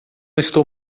estou